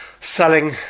selling